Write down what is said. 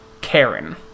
Karen